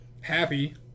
happy